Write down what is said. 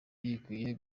ikwiriye